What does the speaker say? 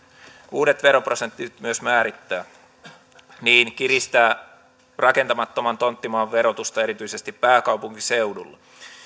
uudet veroprosentit myös määrittää eli tämä kiristää rakentamattoman tonttimaan verotusta erityisesti pääkaupunkiseudulla